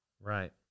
Right